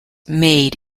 made